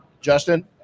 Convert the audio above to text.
Justin